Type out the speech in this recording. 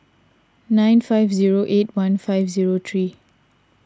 nine five zero eight one five zero three